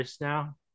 now